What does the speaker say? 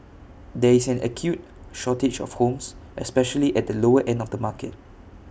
there is an acute shortage of homes especially at the lower end of the market